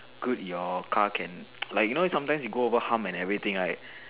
good your car can like you know sometimes you go over hump and everything right